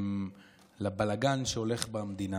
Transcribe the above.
לבלגן שהולך במדינה.